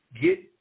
Get